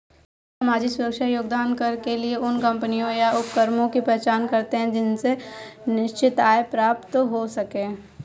सामाजिक सुरक्षा योगदान कर के लिए उन कम्पनियों या उपक्रमों की पहचान करते हैं जिनसे निश्चित आय प्राप्त हो सके